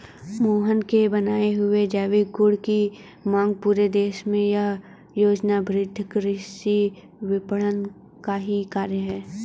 मोहन के बनाए हुए जैविक गुड की मांग पूरे देश में यह योजनाबद्ध कृषि विपणन का ही कार्य है